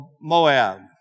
Moab